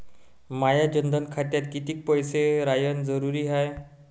माया जनधन खात्यात कितीक पैसे रायन जरुरी हाय?